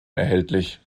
erhältlich